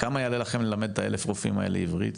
כמה יעלה לכם ללמד את רופאים האלו עברית?